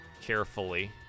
carefully